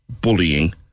bullying